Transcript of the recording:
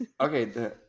okay